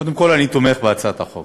קודם כול, אני תומך בהצעת החוק